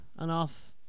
enough